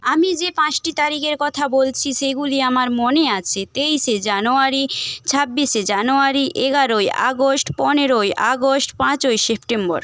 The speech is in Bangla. আমি যে পাঁচটি তারিখের কথা বলছি সেগুলি আমার মনে আছে তেইশে জানুয়ারি ছাব্বিশে জানুয়ারি এগারোই আগস্ট পনেরোই আগস্ট পাঁচই সেপ্টেম্বর